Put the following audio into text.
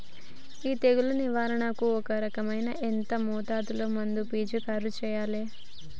ఈ తెగులు నివారణకు ఒక ఎకరానికి ఎంత మోతాదులో మందు పిచికారీ చెయ్యాలే?